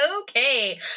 okay